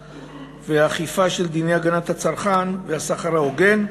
והאכיפה של דיני הגנת הצרכן והסחר ההוגן,